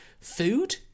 food